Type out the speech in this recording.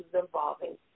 involving